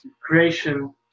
creation